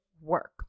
work